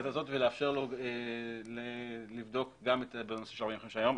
הזאת ולאפשר לו לבדוק בנושא של ה-45 ימים.